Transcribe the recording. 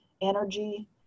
energy